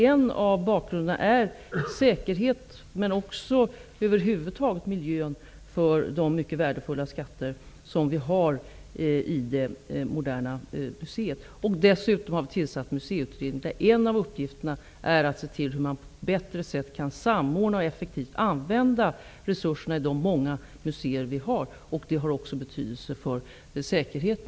En av bakgrunderna är säkerheten, men det handlar också om miljön över huvud taget för de mycket värdefulla skatter som vi har i Moderna museet. Dessutom har vi tillsatt Museiutredningen, där en av uppgifterna är att se över hur man på ett bättre sätt kan samordna och effektivt använda resurserna i de många museer vi har. Det har också betydelse för säkerheten.